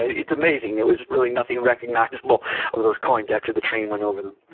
it's amazing. there was really nothing recognizable of those coins after the train went over them.